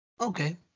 Okay